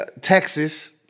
texas